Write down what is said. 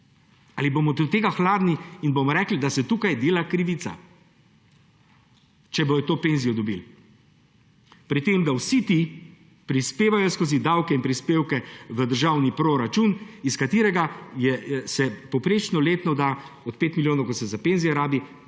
Ali bomo do tega hladni in bomo rekli, da se tukaj dela krivica, če bodo to penzijo dobili. Pri tem, da vsi ti prispevajo skozi davke in prispevke v državni proračun, iz katerega se povprečno letno od 5 milijard, da milijarda